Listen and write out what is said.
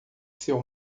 seu